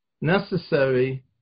necessary